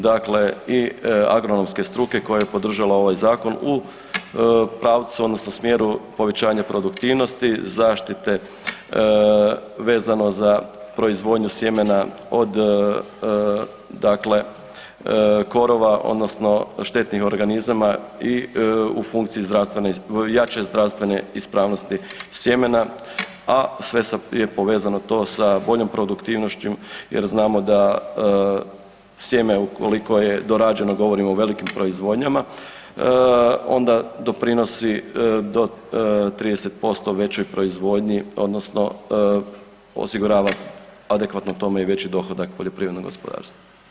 Dakle, i agronomske struke koja je podržala ovaj zakon u pravcu odnosno smjeru povećavanja produktivnosti, zaštite vezano za proizvodnju sjemena, od dakle korova odnosno štetnih organizama i u funkciji zdravstvene, jače zdravstvene ispravnosti sjemena a sve je povezano to sa boljom produktivnošću jer znamo da sjeme ukoliko je dorađeno, govorimo o velikim proizvodnjama, onda doprinosi do 30% većoj proizvodnji odnosno osigurava adekvatno tome i veći dohodak poljoprivrednog gospodarstva.